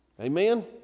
Amen